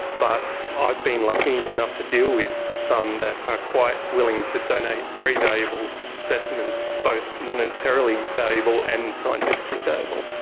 but i've been lucky enough to deal with some that are quite willing to donate very valuable specimens, both monetarily valuable and scientifically valuable.